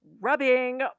rubbing